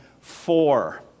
four